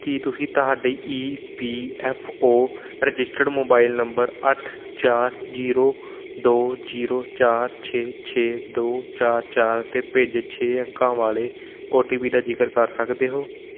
ਕੀ ਤੁਸੀਂ ਤੁਹਾਡੀ E P F O registered mobile number ਅੱਠ ਚਾਰ ਜੀਰੋ ਦੋ ਜੀਰੋ ਚਾਰ ਛੇ ਛੇ ਦੋ ਚਾਰ ਚਾਰ 'ਤੇ ਭੇਜੇ ਛੇ ਅੰਕਾਂ ਵਾਲੇ ਓ ਟੀ ਪੀ ਦਾ ਜ਼ਿਕਰ ਕਰ ਸਕਦੇ ਹੋ